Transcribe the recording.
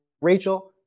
Rachel